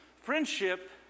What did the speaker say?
Friendship